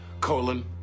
Colon